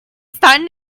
starting